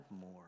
more